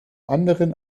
anderen